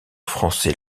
français